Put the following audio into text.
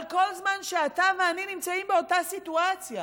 אבל כל זמן שאתה ואני נמצאים באותה סיטואציה,